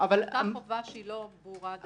אותה חובה שהיא לא ברורה דיה.